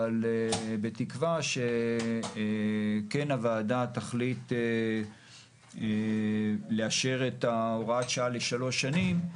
אבל בתקווה שהוועדה תחליט לאשר את הוראת שעה ל-3 שנים,